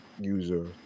user